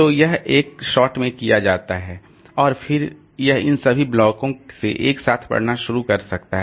तो यह एक शॉट में किया जाता है और फिर यह इन सभी ब्लॉकों से एक साथ पढ़ना शुरू कर सकता है